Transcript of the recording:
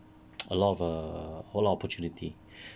a lot of err whole lot of opportunity